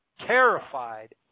terrified